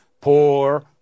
Poor